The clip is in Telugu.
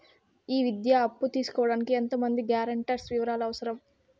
ఈ విద్యా అప్పు తీసుకోడానికి ఎంత మంది గ్యారంటర్స్ వివరాలు అవసరం?